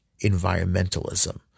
environmentalism